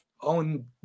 own